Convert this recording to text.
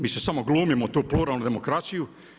Mi samo glumimo tu pluralnu demokraciju.